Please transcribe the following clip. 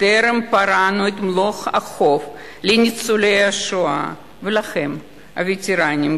טרם פרענו את מלוא החוב לניצולי השואה ולכם הווטרנים,